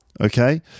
Okay